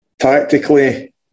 tactically